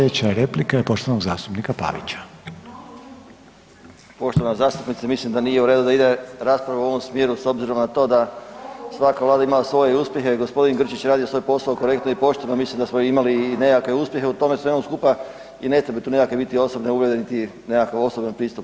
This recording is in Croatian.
Poštovana zastupnica mislim da nije u redu da ide rasprava u ovom smjeru s obzirom na to da svaka vlada je imala svoje uspjehe, gospodin Grčić je radio svoj posao korektno i pošteno, mislim da smo imali i nekakve uspjehe u tome svemu skupa i ne treba tu nekakve biti osobne uvrede niti nekakav osoban pristup.